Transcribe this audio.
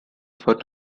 for